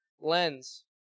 lens